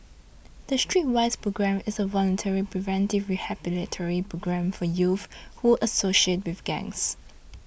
the Streetwise Programme is a voluntary preventive rehabilitative programme for youths who associate with gangs